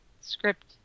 script